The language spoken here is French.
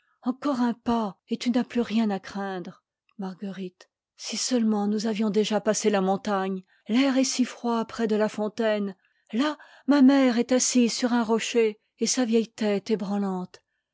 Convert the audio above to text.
encore un pas et tu n'as ptus rien à craindre si seulement nous avions déjà passé la mon tagne l'air est si froid près de la fontaine là ma mère est assise sur un rocher et sa vieitte tête est branlante